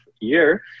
year